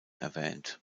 erwähnt